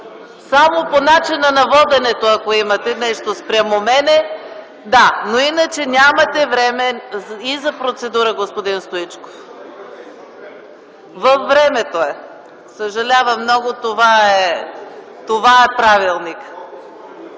Само по начина на водене, ако имате нещо спрямо мен – да. Но иначе нямате време и за процедура, господин Стоичков. (Шум и реплики в залата.) Съжалявам много, това е правилникът!